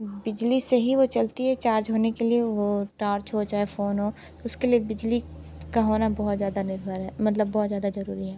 बिजली से ही वो चलती है चार्ज होने के लिए वो टॉर्च हो चाहे फ़ोन हो तो उसके लिए बिजली का होना बहुत ज़्यादा निर्भर है मतलब बहुत ज़्यादा ज़रूरी है